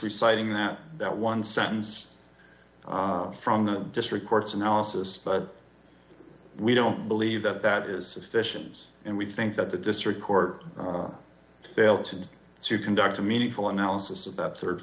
reciting that that one sentence from the district court's analysis but we don't believe that that is sufficient and we think that the district court fail to do to conduct a meaningful analysis of that